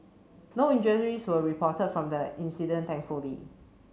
no injuries were reported from the incident thankfully